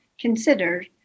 considered